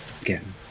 again